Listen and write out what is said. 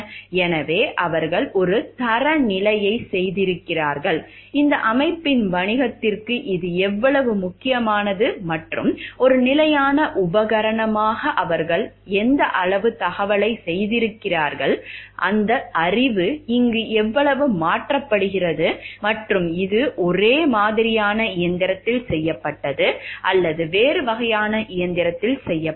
எனவே அவர்கள் ஒரு தரநிலையைச் செய்திருக்கிறார்கள் இந்த அமைப்பின் வணிகத்திற்கு இது எவ்வளவு முக்கியமானது மற்றும் ஒரு நிலையான உபகரணமாக அவர்கள் எந்த அளவு தழுவலைச் செய்திருக்கிறார்கள் அந்த அறிவு இங்கு எவ்வளவு மாற்றப்படுகிறது மற்றும் இது ஒரே மாதிரியான இயந்திரத்தில் செய்யப்பட்டது அல்லது வேறு வகையான இயந்திரத்தில் செய்யப்பட்டது